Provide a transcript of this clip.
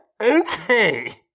Okay